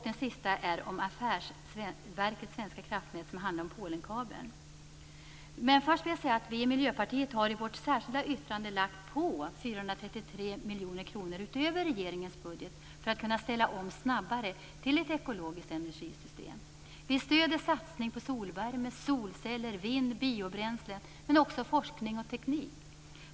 Den sista reservationen gäller affärsverket Svenska kraftnät och handlar om Polenkabeln. Först vill jag säga att vi i Miljöpartiet i vårt särskilda yttrande har lagt på 433 miljoner kronor utöver regeringens budget för att kunna ställa om snabbare till ett ekologiskt energisystem. Vi stöder satsning på solvärme, solceller, vind, biobränslen, men också forskning och teknik.